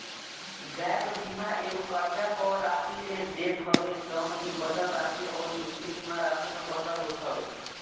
gap बीमा एगो कर्जा पअ राशि के देत हवे जवन की बचल राशि अउरी दूसरी बीमा राशि में बचल होत हवे